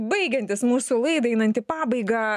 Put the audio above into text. baigiantis mūsų laidai einant į pabaigą